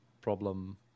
problem